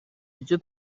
icyo